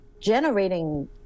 generating